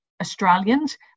Australians